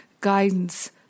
guidance